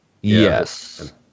yes